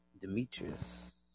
Demetrius